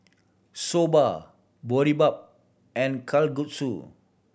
Soba Boribap and Kalguksu